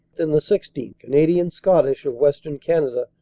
and the sixteenth, canadian scottish of western canada,